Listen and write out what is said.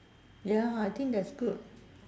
ya I think that's good